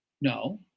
No